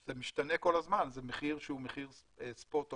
זה משתנה כל הזמן, זה מחיר שהוא מחיר ספוט עולמי.